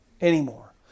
anymore